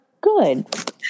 good